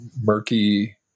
murky